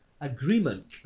agreement